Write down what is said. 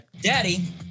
Daddy